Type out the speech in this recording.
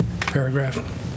paragraph